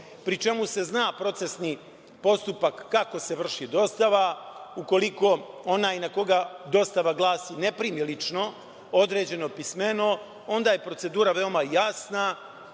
pri čemu se zna procesni postupak kako se vrši dostava ukoliko onaj na koga dostava glasi ne primi lično određenu pismeno, onda je procedura veoma jasna